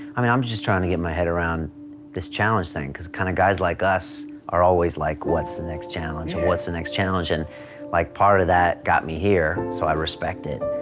i mean i'm just trying to get my head around this challenge thing, because kind of guys like us are always like what's the next challenge, and what's the next challenge and like part of that got me here so i respect it,